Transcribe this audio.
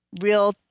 real